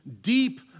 deep